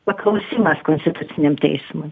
paklausimas konstituciniam teismui